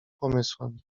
pomysłem